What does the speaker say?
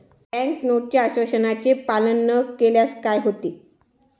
Bank नोटच्या आश्वासनाचे पालन न केल्यास काय होते?